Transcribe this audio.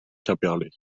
quimperlé